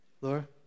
Laura